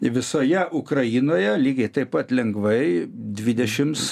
visoje ukrainoje lygiai taip pat lengvai dvidešims